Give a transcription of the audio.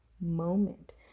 moment